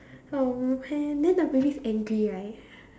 uh where then the baby is angry right